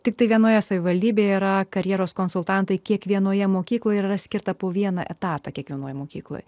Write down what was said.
tiktai vienoje savivaldybėje yra karjeros konsultantai kiekvienoje mokykloje yra skirta po vieną etatą kiekvienoje mokykloje